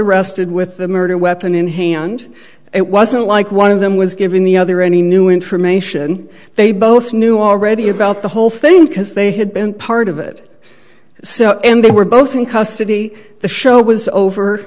arrested with the murder weapon in hand it wasn't like one of them was given the other any new information they both knew already about the whole thing because they had been part of it so and they were both in custody the show was over